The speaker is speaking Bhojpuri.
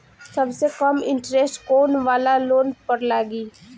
सबसे कम इन्टरेस्ट कोउन वाला लोन पर लागी?